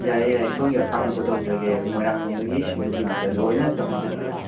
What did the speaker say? ꯌꯥꯏꯌꯦ ꯌꯥꯏꯌꯦ ꯁꯣꯝꯒꯤ ꯑꯄꯥꯝꯕꯗꯣ ꯇꯧꯖꯒꯦ ꯃꯣꯏꯔꯥꯡꯂꯣꯝꯗꯒꯤ ꯁꯤꯡꯖꯨꯒꯤ ꯃꯆꯜ ꯂꯣꯏꯅ ꯇꯧꯍꯟꯖꯔꯛꯑꯒꯦ